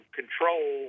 control